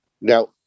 Now